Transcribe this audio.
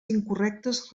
incorrectes